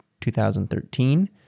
2013